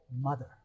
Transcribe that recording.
mother